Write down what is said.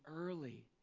early